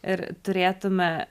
ir turėtume